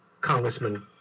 congressman